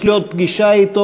יש לי עוד פגישה אתו,